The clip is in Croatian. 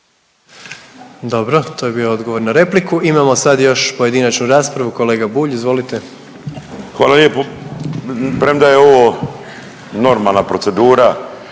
Dobro, to je bio odgovor na repliku. Imamo sad još pojedinačnu raspravu, kolega Bulj izvolite. **Bulj, Miro (MOST)** Hvala lijepo. Premda je ovo normalna procedura